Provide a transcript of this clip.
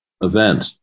event